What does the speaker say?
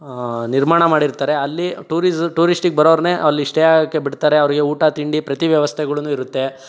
ನಿರ್ಮಾಣ ಮಾಡಿರ್ತಾರೆ ಅಲ್ಲಿ ಟೂರಿಸ್ ಟೂರಿಸ್ಟಿಗೆ ಬರೋರನ್ನೆ ಅಲ್ಲಿ ಸ್ಟೇ ಆಗೋಕ್ಕೆ ಬಿಡ್ತಾರೆ ಅವ್ರಿಗೆ ಊಟ ತಿಂಡಿ ಪ್ರತಿ ವ್ಯವಸ್ಥೆಗಳನ್ನು ಇರುತ್ತೆ